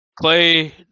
Clay